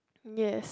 yes